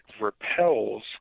repels